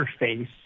interface